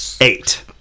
eight